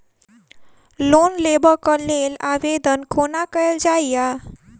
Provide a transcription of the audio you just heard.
Loan लेबऽ कऽ लेल आवेदन कोना कैल जाइया?